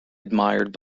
admired